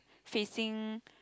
facing